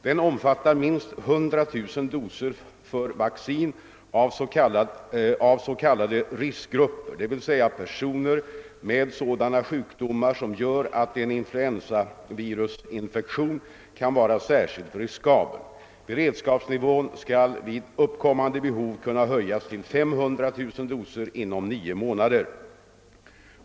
Den omfattar minst 100 000 doser för vaccination av s.k. riskgrupper, dvs. personer med sådana sjukdomar som gör att en influensavirusinfektion kan vara särskilt riskabel. Beredskapsnivån skall vid uppkommande behov kunna höjas till 500 000 doser inom nio månader.